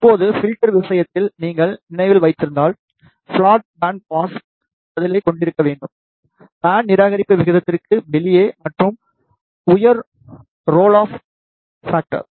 இப்போது பில்டர் விஷயத்தில் நீங்கள் நினைவில் வைத்திருந்தால் பிளாட் பேண்ட் பாஸ் பதிலைக் கொண்டிருக்க வேண்டும் பேண்ட் நிராகரிப்பு விகிதத்திற்கு வெளியே மற்றும் உயர் ரோல் ஆஃப் பாக்ட்டராக